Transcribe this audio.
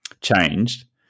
changed